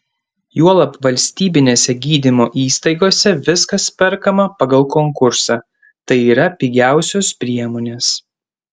juolab valstybinėse gydymo įstaigose viskas perkama pagal konkursą tai yra pigiausios priemonės